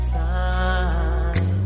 time